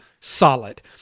solid